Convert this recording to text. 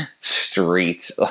streets